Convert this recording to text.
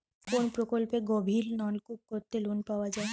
কোন প্রকল্পে গভির নলকুপ করতে লোন পাওয়া য়ায়?